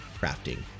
crafting